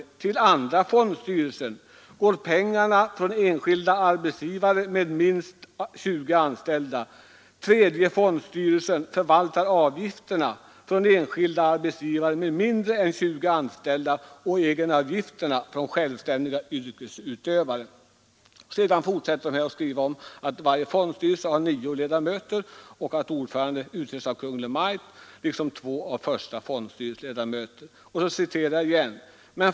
— ”Till andra fondstyrelsen går pengarna från enskilda arbetsgivare med minst 20 anställda. Tredje fondstyrelsen förvaltar avgifterna från enskilda arbetsgivare med mindre än 20 anställda och egenavgifterna från självständiga yrkesutövare. Varje fondstyrelse består av nio ledamöter med var sin suppleant. Ordföranden i varje styrelse utses av Kungl. Maj:t liksom två av första fondstyrelsens ledamöter.